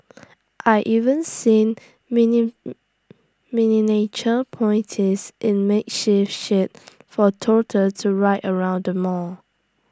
I even seen mini miniature ponies in makeshift sheds for toddler to ride around the mall